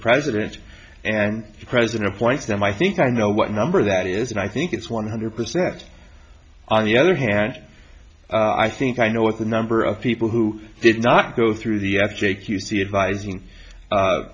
president and the president appoints them i think i know what number that is and i think it's one hundred percent on the other hand i think i know what the number of people who did not go through the jay q c advising a